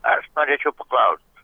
aš norėčiau paklaust